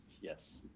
yes